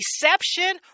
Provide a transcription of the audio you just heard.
deception